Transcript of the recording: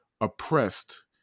oppressed